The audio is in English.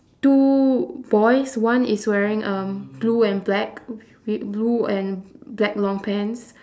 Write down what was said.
two boys one is wearing um blue and black w~ blue and black long pants